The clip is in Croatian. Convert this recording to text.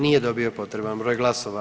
Nije dobio potreban broj glasova.